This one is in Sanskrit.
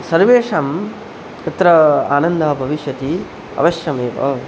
सर्वेषाम् अत्र आनन्दः भविष्यति अवश्यमेव